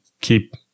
keep